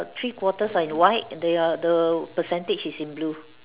three quarters are in white they are the percentage is in blue